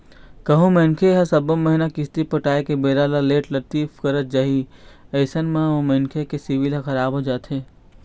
कहूँ मनखे ह सब्बो महिना किस्ती पटाय के बेरा ल लेट लतीफ करत जाही अइसन म ओ मनखे के सिविल ह खराब हो जाथे